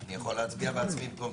אני יכול להצביע בעצמי פה?